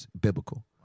biblical